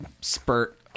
spurt